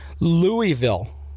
Louisville